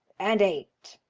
and eight.